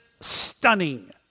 stunning